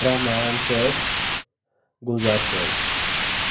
رحمان صٲب گُلزار صٲب